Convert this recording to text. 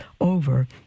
over